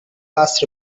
last